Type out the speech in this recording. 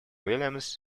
williams